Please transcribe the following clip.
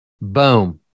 Boom